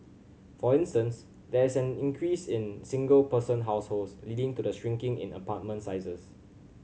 for instance there is an increase in single person households leading to the shrinking in apartment sizes